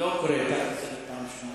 לא קורא אותך לסדר פעם ראשונה.